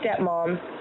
stepmom